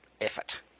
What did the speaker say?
effort